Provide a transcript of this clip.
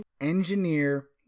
engineer